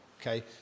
Okay